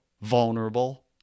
vulnerable